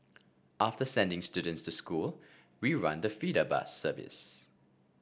after sending students to school we run the feeder bus service